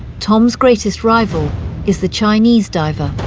tom's greatest rival is the chinese diver,